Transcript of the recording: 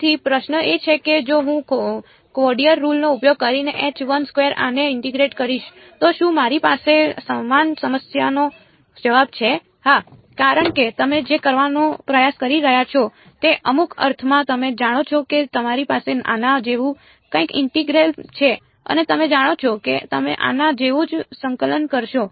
તેથી પ્રશ્ન એ છે કે જો હું ક્વોડરેચર રુલ નો ઉપયોગ કરીને આને ઇન્ટીગ્રેટ કરીશ તો શું મારી પાસે સમાન સમસ્યાનો જવાબ છે હા કારણ કે તમે જે કરવાનો પ્રયાસ કરી રહ્યા છો તે અમુક અર્થમાં તમે જાણો છો કે તમારી પાસે આના જેવું કંઈક ઇન્ટેગ્રલ છે અને તમે જાણો છો કે તમે આના જેવું જ સંકલન કરશો